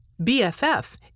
BFF